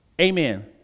Amen